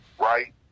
right